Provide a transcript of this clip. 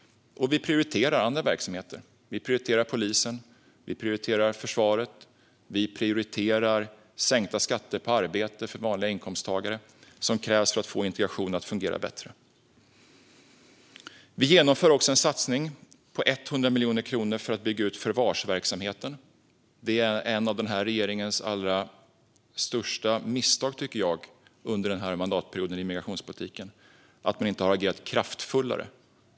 Vi prioriterar dessutom andra verksamheter, till exempel polisen, försvaret och sänkta skatter på arbete för vanliga inkomsttagare. Detta krävs för att integrationen ska fungera bättre. Vidare genomför vi en satsning på 100 miljoner kronor för att bygga ut förvarsverksamheten. Att man inte har agerat mer kraftfullt på detta område är en av denna regerings allra största misstag i migrationspolitiken under mandatperioden, tycker jag.